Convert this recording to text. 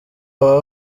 abo